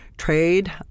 trade